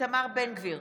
איתמר בן גביר,